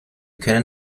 können